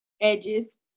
edges